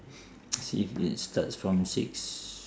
see if it starts from six